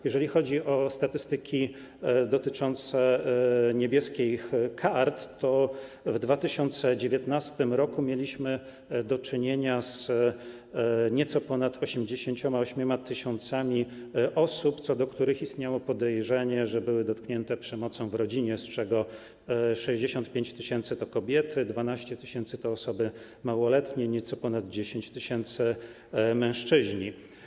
Jeżeli chodzi o statystyki dotyczące „Niebieskich kart”, to w 2019 r. mieliśmy do czynienia z nieco ponad 88 tys. osób, co do których istniało podejrzenie, że były dotknięte przemocą w rodzinie, z czego 65 tys. to kobiety, 12 tys. to osoby małoletnie, nieco ponad 10 tys. - mężczyźni.